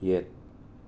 ꯌꯦꯠ